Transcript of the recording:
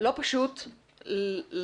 לא פשוט לחלוטין,